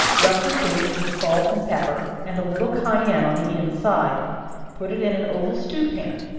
rub the fish with salt and pepper, and a little cayenne on the inside put it in an oval stew-pan.